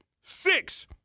six